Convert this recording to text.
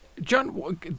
John